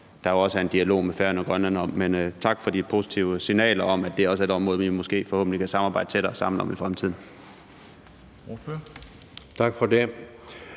der jo også er en dialog med Færøerne og Grønland om. Men tak for det positive signal om, at det også er et område, vi måske forhåbentlig kan arbejde tættere sammen om i fremtiden.